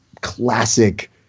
classic